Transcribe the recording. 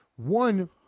One